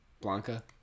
Blanca